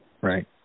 Right